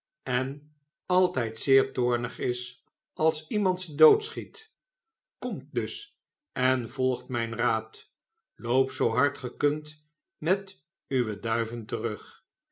en alttfd zeer toornig is als iemand ze doodschiet komt dus en volgt mijn raad loopt zoo hard ge kunt met uwe duiven terug